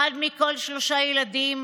אחד מכל שלושה ילדים